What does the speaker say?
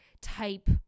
type